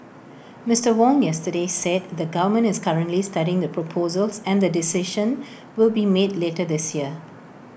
Mister Wong yesterday said the government is currently studying the proposals and A decision will be made later this year